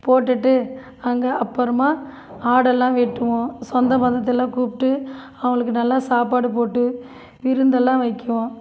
போட்டுவிட்டு அங்கே அப்புறமா ஆடுல்லாம் வெட்டுவோம் சொந்த பந்தத்தல்லாம் கூப்பிட்டு அவங்களுக்கு நல்லா சாப்பாடு போட்டு விருந்துல்லாம் வைக்கிவோம்